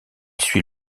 suit